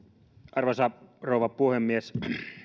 arvoisa rouva puhemies